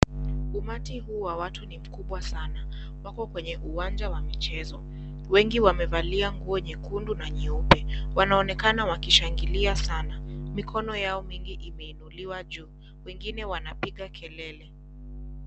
Umati huu wa watu ni mkubwa sana. Wako kwenye uwanja wa michezo. Wengi wamevalia nguo nyekundu na nyeupe. Wanaonekana wakishangilia sana. Mikono yao mingi imeinuliwa juu. Wengine wanapiga kelele.